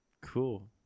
Cool